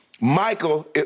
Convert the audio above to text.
Michael